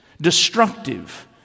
destructive